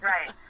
Right